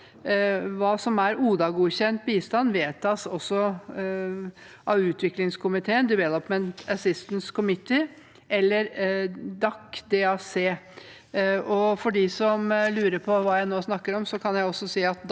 Hva som er ODA-godkjent bistand, vedtas av utviklingskomiteen – Development Assistance Committee – eller DAC. For dem som lurer på hva jeg nå snakker om, kan jeg også si at